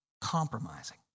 compromising